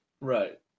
Right